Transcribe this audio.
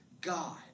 God